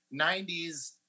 90s